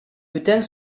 бүтән